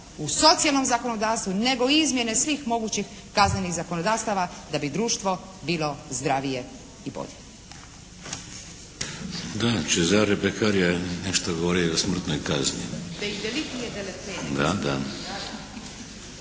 u socijalnom zakonodavstvu, nego izmjene svih mogućih kaznenih zakonodavstava da bi društvo bilo zdravije i bolje.